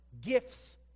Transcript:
gifts